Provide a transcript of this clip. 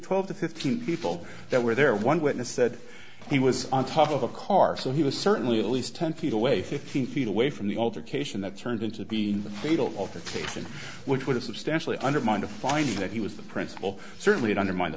twelve to fifteen people that were there one witness said he was on top of a car so he was certainly at least ten feet away fifteen feet away from the altercation that turned into being the fatal of the season which would have substantially undermined a finding that he was the principal certainly undermine